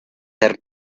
heard